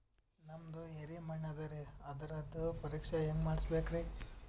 ನಮ್ದು ಎರಿ ಮಣ್ಣದರಿ, ಅದರದು ಪರೀಕ್ಷಾ ಹ್ಯಾಂಗ್ ಮಾಡಿಸ್ಬೇಕ್ರಿ?